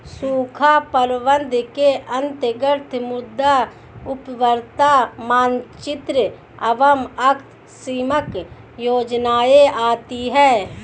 सूखा प्रबंधन के अंतर्गत मृदा उर्वरता मानचित्र एवं आकस्मिक योजनाएं आती है